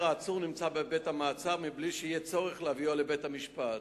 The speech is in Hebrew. העצור נמצא בבית-המעצר בלי שיהיה צורך להביאו לבית-המשפט.